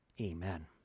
amen